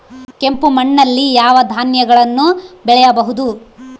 ಕೆಂಪು ಮಣ್ಣಲ್ಲಿ ಯಾವ ಧಾನ್ಯಗಳನ್ನು ಬೆಳೆಯಬಹುದು?